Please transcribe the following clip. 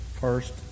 First